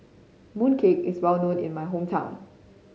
mooncake is well known in my hometown